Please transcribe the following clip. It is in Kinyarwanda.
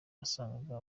wasangaga